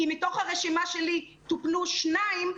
אם מתוך הרשימה שלי טופלו שניים,